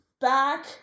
back